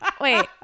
Wait